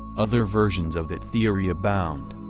other versions of that theory abound.